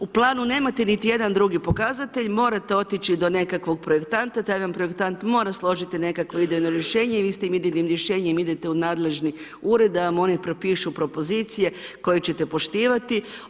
U planu nemate niti jedan drugi pokazatelj, morate otići do nekakvog projektanta, taj vam projektant mora složiti nekakvo idejno rješenje i vi s tim idejnim rješenjem idete u nadležnim ured da vam oni propišu propozicije koje ćete poštivati.